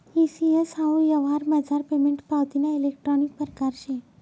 E C S हाऊ यवहारमझार payment पावतीना इलेक्ट्रानिक परकार शे